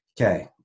Okay